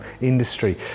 industry